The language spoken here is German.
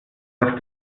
dass